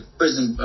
prison